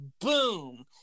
boom